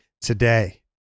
today